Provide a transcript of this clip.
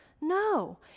No